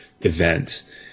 event